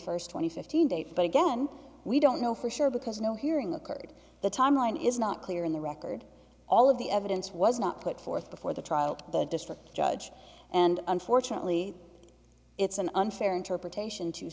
first twenty fifteen date but again we don't know for sure because no hearing occurred the timeline is not clear in the record all of the evidence was not put forth before the trial the district judge and unfortunately it's an unfair interpretation to